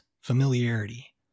familiarity